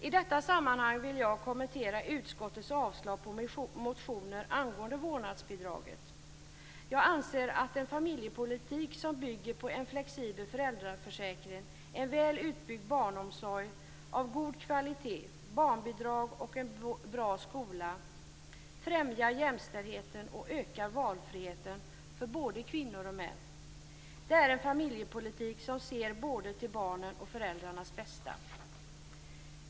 I detta sammanhang vill jag kommentera att utskottet avstyrker motioner om vårdnadsbidraget. Jag anser att en familjepolitik som bygger på en flexibel föräldraförsäkring, en väl utbyggd barnomsorg av god kvalitet, barnbidrag och en bra skola främjar jämställdheten och ökar valfriheten för både kvinnor och män. Det är en familjepolitik som ser både till barnens och föräldrarnas bästa.